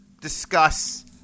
discuss